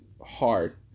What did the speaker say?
hard